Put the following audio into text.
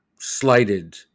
slighted